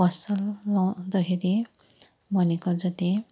फसल लाउँदाखेरि भनेको जति